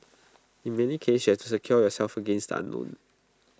in many cases you have to secure yourself against the unknown